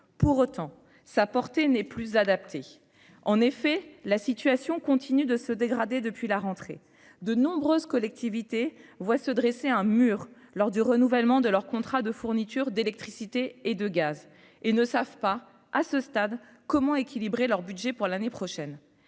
pour autant sa portée n'est plus adapté, en effet, la situation continue de se dégrader depuis la rentrée de nombreuses collectivités voit se dresser un mur lors du renouvellement de leur contrat de fourniture d'électricité et de gaz, et ne savent pas à ce stade, comment équilibrer leur budget pour l'année prochaine